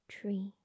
tree